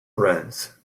friends